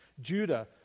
Judah